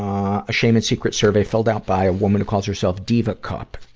um a shame and secret survey filled out by a woman who calls herself diva cup.